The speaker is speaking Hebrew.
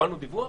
קיבלנו דיווח?